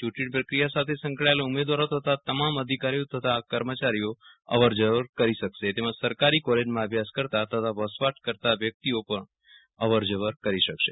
ચુંટણી પ્રક્રિયા સાથે સેંકળાયેલા ઉમેદવારો તથા તમામ અધ્રિકારીઓ તથા કર્મચારીઓ અવર જવર કરી શકશે તેમજ સરકારી કોલેજમાં અભ્યાસ કરતા તથા વસવાટ કરતા વ્યકિતઓ અવર જવર કરી શકશે